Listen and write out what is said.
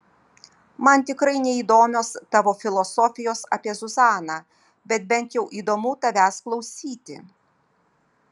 man tikrai neįdomios tavo filosofijos apie zuzaną bet bent jau įdomu tavęs klausyti